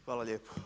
Hvala lijepo.